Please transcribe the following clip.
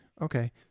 okay